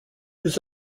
his